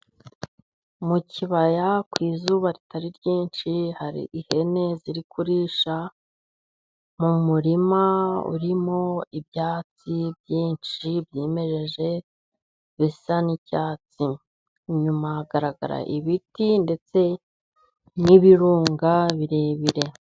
Mu kibaya ku izuba ritari ryinshi, hari ihene ziri kurisha, mu murima urimo ibyatsi byinshi byimejeje, bisa n'icyatsi. Inyuma hagaragara ibiti ndetse n'ibirunga birebire.